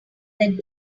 that